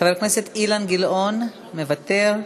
חבר הכנסת אילן גילאון, מוותר.